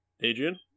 Adrian